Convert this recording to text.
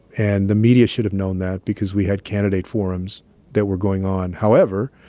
and the media should have known that because we had candidate forums that were going on. however,